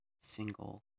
single